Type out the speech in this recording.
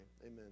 Amen